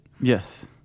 Yes